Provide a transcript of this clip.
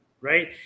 Right